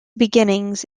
beginnings